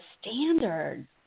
standard